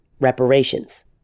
reparations